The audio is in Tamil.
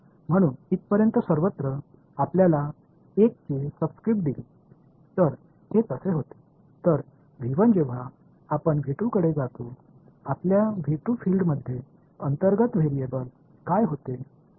எனவே எல்லா இடங்களிலும் நீங்கள் துணை ஸ்கிரிப்ட் 1 ஐ இங்கு காண்கிறீர்கள் இது அவ்வாறு இருந்தது எனவே நாம் உள்ளே போகும்போது அதில் உள்ளே இருக்கும் புலங்களுக்காண மாறிலி என்ன என்பதை நினைவில் கொள்ளுங்கள்